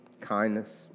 kindness